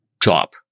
drop